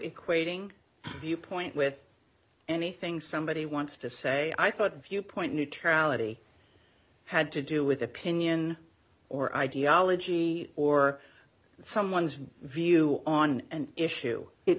equating viewpoint with anything somebody wants to say i thought viewpoint neutrality had to do with opinion or ideology or someone's view on an issue it